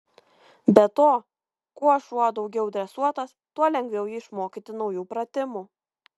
be to kuo šuo daugiau dresuotas tuo lengviau jį išmokyti naujų pratimų